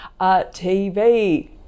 TV